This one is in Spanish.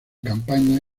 campaña